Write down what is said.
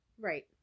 Right